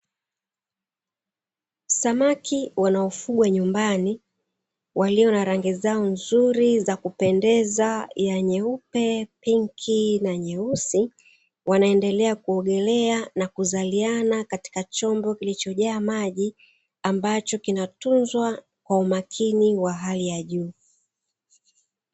Samaki wanaofugwa nyumbani walio na rangi zao nzuri za kupendeza ya nyeupe pinki na nyeusi, wanaendelea kuogelea na kuzaliana katika chombo kilichojaa maji ambacho kinatunzwa kwa umakini wa hali ya juu.